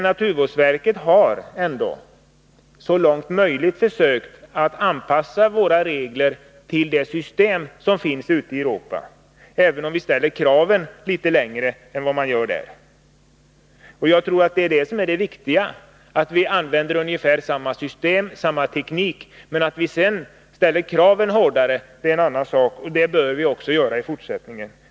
Naturvårdsverket har ändå så långt möjligt försökt att anpassa våra regler till de system som finns ute i Europa, även om vi ställer litet längre gående krav än de gör där. Jag tror att det är viktigt att vi använder ungefär samma system och samma teknik. Att vi sedan ställer hårdare krav är en annan sak, och det bör vi göra även i fortsättningen.